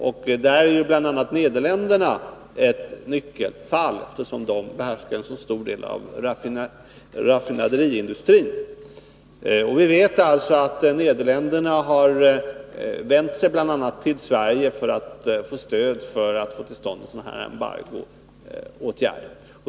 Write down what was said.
Där har ju bl.a. Nederländerna en nyckelroll, eftersom man behärskar en stor del av raffinaderiindustrin. Vi vet alltså att Nederländerna har vänt sig bl.a. till Sverige för att få stöd för en sådan här embargoåtgärd.